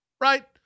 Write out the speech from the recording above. right